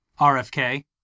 RFK